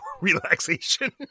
relaxation